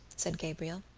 said gabriel.